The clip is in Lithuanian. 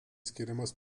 skiriamas